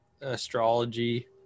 astrology